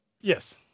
Yes